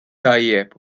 tajjeb